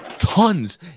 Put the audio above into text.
Tons